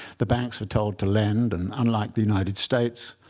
the banks were told to lend. and unlike the united states,